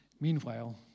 Meanwhile